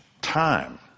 time